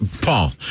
Paul